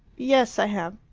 yes, i have.